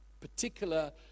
particular